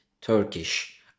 Turkish